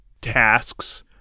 tasks